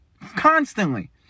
constantly